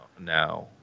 now